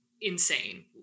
insane